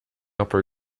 upper